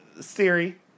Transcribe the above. Siri